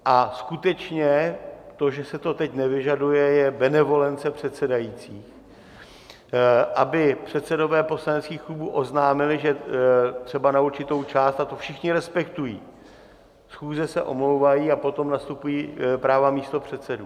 A skutečně to, že se to teď nevyžaduje, je benevolence předsedajícího, aby předsedové poslaneckých klubů oznámili, že třeba na určitou část to všichni respektují schůze se omlouvají, a potom nastupují práva místopředsedů.